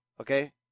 okay